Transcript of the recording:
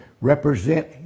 represent